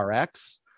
Rx